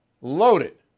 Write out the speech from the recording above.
loaded